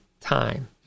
time